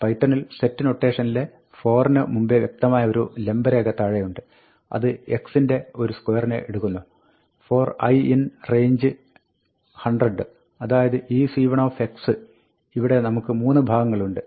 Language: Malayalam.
പൈത്തണിൽ സെറ്റ് നൊട്ടേഷനിലെ for ന് മുമ്പെ വ്യക്തമായ ഒരു ലംബരേഖ താഴെയുണ്ട് അത് x ന്റെ ഒരു സ്ക്വയറിനെ എടുക്കുന്നു for i in range 100 അതായത് iseven ഇവിടെ നമുക്ക് 3 ഭാഗങ്ങളുണ്ട്